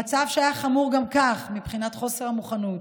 המצב, שהיה חמור גם כך מבחינת חוסר המוכנות